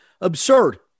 absurd